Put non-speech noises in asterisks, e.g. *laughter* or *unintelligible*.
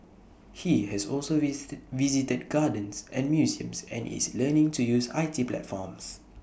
he has also *unintelligible* visited gardens and museums and is learning to use I T platforms